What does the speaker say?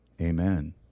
Amen